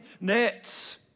nets